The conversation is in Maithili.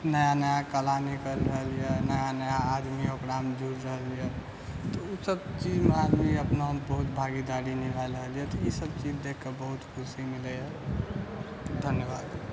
नया नया कला निकलि रहल यऽ नया नया आदमी ओकरामे जुड़ि रहल यऽ तऽ उ सभचीजमे आदमी अपनामे बहुत भागीदारी निभै रहल यऽ तऽ ई सभचीज देखिके बहुत खुशी मिलैए धन्यबाद